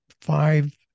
five